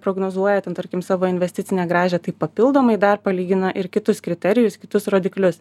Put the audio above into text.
prognozuoja ten tarkim savo investicinę grąžę tai papildomai dar palygina ir kitus kriterijus kitus rodiklius